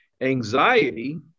Anxiety